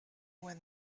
when